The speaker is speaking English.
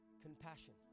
compassion